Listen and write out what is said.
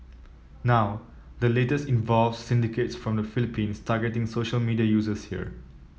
now the latest involves syndicates from the Philippines targeting social media users here